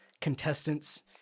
contestants